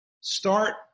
start